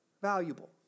valuable